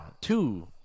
two